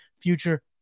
future